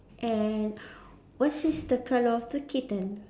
and what is the colour of the kitten